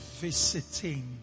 visiting